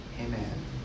Amen